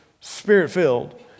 spirit-filled